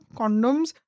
condoms